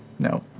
no.